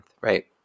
right